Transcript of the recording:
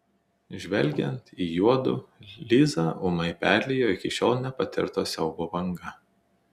žvelgiant į juodu lizą ūmai perliejo iki šiol nepatirto siaubo banga